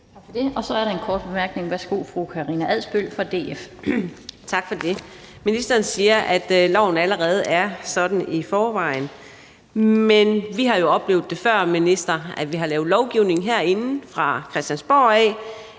Tak for det. Så er der en kort bemærkning. Værsgo, fru Karina Adsbøl fra DF. Kl. 14:44 Karina Adsbøl (DF): Tak for det. Ministeren siger, at loven allerede er sådan i forvejen. Vi har jo før oplevet, minister, at vi har lavet lovgivning herinde på Christiansborg,